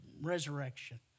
resurrection